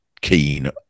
keen